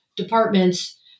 departments